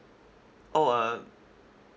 oh um